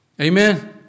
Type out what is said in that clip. Amen